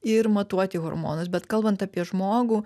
ir matuoti hormonus bet kalbant apie žmogų